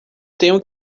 tenho